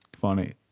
funny